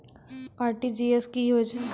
RTGS की होय छै?